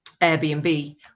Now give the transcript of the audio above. Airbnb